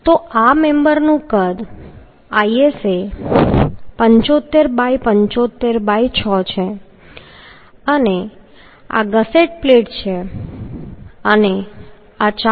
તો આ મેમ્બરનું કદ ISA 75 ✕75 ✕ 6 છે અને આ ગસેટ પ્લેટ છે અને આ 4